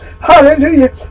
Hallelujah